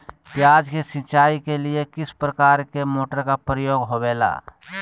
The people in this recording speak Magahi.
प्याज के सिंचाई के लिए किस प्रकार के मोटर का प्रयोग होवेला?